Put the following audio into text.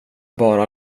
bara